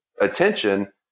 attention